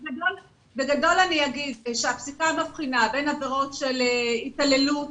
בגדול אני אומר שהפסיקה מבחינה בין עבירות של התעללות